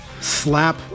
slap